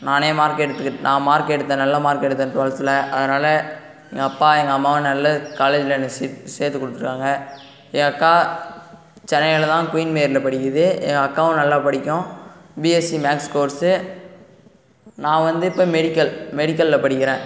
நானே மார்க் எடுத்து நான் மார்க் எடுத்தேன் நல்ல மார்க் எடுத்தேன் டுவல்த்தில் அதனால் எங்கள் அப்பா எங்கள் அம்மாவும் நல்ல காலேஜில் என்னை சேர்த்து கொடுத்திருக்காங்க என் அக்கா சென்னையில் தான் குயின் மேரியில் படிக்கிது என் அக்காவும் நல்லா படிக்கும் பிஎஸ்சி மேத்ஸ் கோர்ஸ் நான் வந்து இப்ப மெடிக்கல் மெடிக்கல்ல படிக்கிறேன்